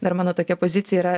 dar mano tokia pozicija yra